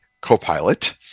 copilot